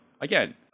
again